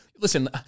listen